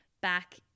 back